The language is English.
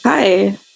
hi